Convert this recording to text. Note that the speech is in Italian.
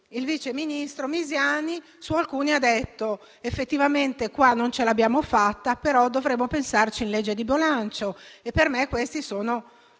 Il viceministro Misiani, su alcuni, ha detto: effettivamente qui non ce l'abbiamo fatta, ma dovremo pensarci in legge di bilancio. Per me, questo